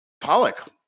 Pollock